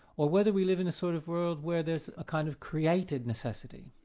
or whether we live in a sort of world where there's a kind of created necessity.